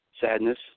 sadness